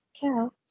cow